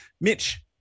Mitch